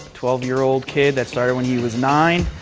twelve year old kid, that started when he was nine.